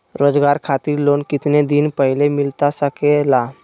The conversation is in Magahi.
रोजगार खातिर लोन कितने दिन पहले मिलता सके ला?